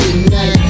tonight